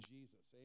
Jesus